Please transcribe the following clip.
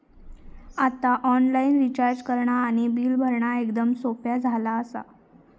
आता online recharge करणा आणि बिल भरणा एकदम सोप्या झाला आसा